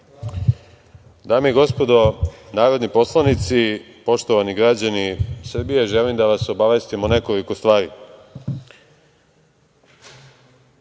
Dame i gospodo narodni poslanici, poštovani građani Srbije, želim da vas obavestim o nekoliko